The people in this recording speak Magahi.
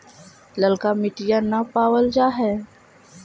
ललका मिटीया न पाबल जा है?